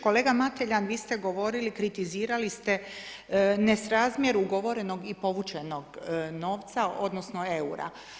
Kolega Mateljan, vi ste govorili, kritizirali ste nesrazmjer ugovorenog i povučenog novca odnosno eura.